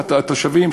התושבים,